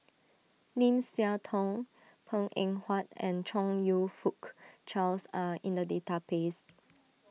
Lim Siah Tong Png Eng Huat and Chong You Fook Charles are in the database